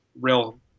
real